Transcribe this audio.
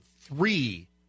three